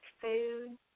food